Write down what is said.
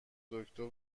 دکتر